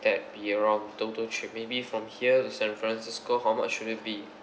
that be around total trip maybe from here to san francisco how much would it be